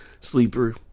Sleeper